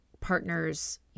partner's